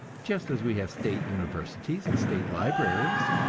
just as we have state universities and state libraries.